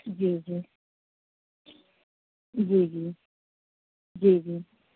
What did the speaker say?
جی جی جی جی جی جی